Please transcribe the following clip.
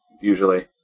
usually